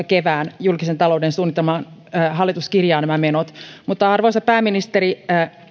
kevään kaksituhattayhdeksäntoista julkisen talouden suunnitelmaan kirjaa nämä menot arvoisa pääministeri